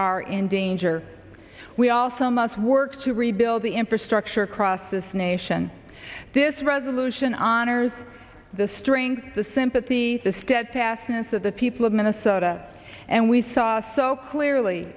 are in danger we also must work to rebuild the infrastructure across this nation this resolution honors the strength the sympathy the steadfastness of the people of minnesota and we saw so clearly